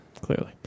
clearly